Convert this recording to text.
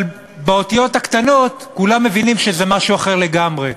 אבל באותיות הקטנות כולם מבינים שזה משהו אחר לגמרי.